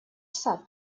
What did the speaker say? сад